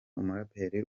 umuraperi